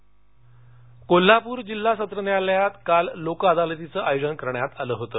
लोकअदालत कोल्हापूर जिल्हा सत्र न्यायालयात काल लोक अदालतीचं आयोजन करण्यात आलं होतं